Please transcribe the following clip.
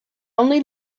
only